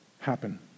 happen